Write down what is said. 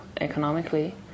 economically